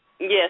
Yes